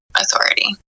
authority